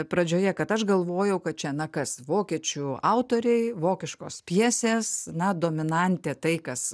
pradžioje kad aš galvojau kad čia na kas vokiečių autoriai vokiškos pjesės na dominantė tai kas